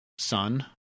son